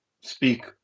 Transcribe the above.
speak